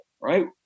right